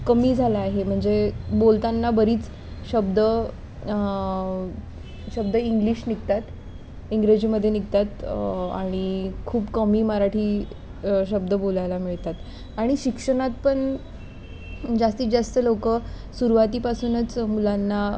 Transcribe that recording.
कमी झाला आहे म्हणजे बोलताना बरेच शब्द शब्द इंग्लिश निघतात इंग्रजीमध्ये निघतात आणि खूप कमी मराठी शब्द बोलायला मिळतात आणि शिक्षणात पण जास्तीत जास्त लोक सुरुवातीपासूनच मुलांना